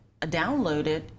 downloaded